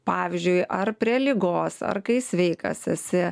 pavyzdžiui ar prie ligos ar kai sveikas esi